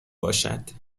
باشد